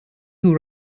who